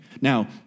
Now